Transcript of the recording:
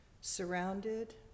surrounded